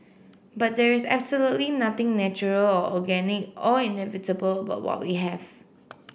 but there is absolutely nothing natural or organic or inevitable about what we have